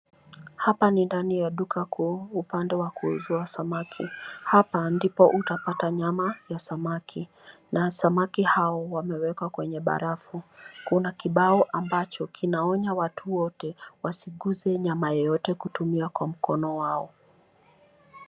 Hapa ni ndani ya duka kuu upande wa kuuzwa samaki. Hapa ndipo utapata nyama ya samaki na samaki hao wamewekwa kwenye barafu. Kuna kibao ambacho kinaonya watu wote wasiguse nyama yoyote kutumia kwa mkono wao.